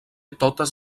totes